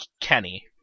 Kenny